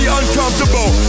uncomfortable